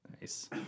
nice